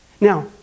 Now